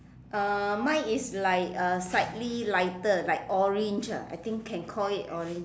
uh mine is like uh slightly lighter like orange ah I think can call it orange